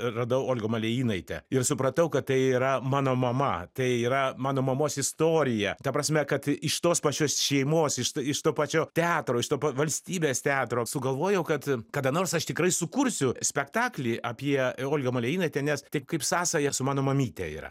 radau olgą malėjinaitę ir supratau kad tai yra mano mama tai yra mano mamos istorija ta prasme kad iš tos pačios šeimos iš iš to pačio teatro iš to valstybės teatro sugalvojau kad kada nors aš tikrai sukursiu spektaklį apie olgą malėjinaitę nes tai kaip sąsaja su mano mamyte yra